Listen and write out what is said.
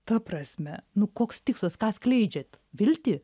ta prasme nu koks tikslas ką skleidžiat viltį